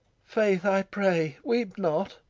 faith. i pray, weep not